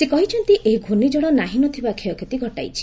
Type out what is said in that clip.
ସେ କହିଛନ୍ତି ଏହି ଘ୍ରର୍ଣ୍ଣିଝନ ନାହିଁନଥିବା କ୍ଷୟକ୍ଷତି ଘଟାଇଛି